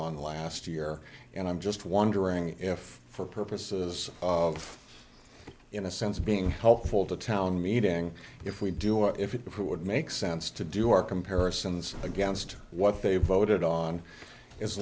on last year and i'm just wondering if for purposes of in a sense being helpful to town meeting if we do or if it would make sense to do our comparisons against what they voted on as